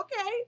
Okay